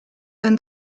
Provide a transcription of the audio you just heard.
ein